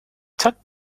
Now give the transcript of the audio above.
tuck